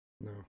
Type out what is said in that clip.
No